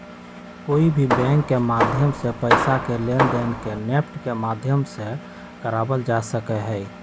कोई भी बैंक के माध्यम से पैसा के लेनदेन के नेफ्ट के माध्यम से करावल जा सका हई